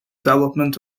development